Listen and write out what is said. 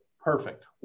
perfect